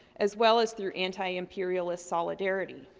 as well as through anti-imperialist solidarity.